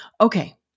Okay